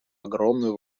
огромную